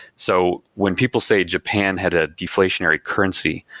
so when people say japan had a deflationary currency,